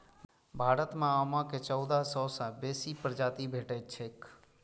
भारत मे आमक चौदह सय सं बेसी प्रजाति भेटैत छैक